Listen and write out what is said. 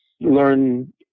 learn